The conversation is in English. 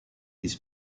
his